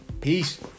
Peace